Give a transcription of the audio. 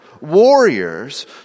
warriors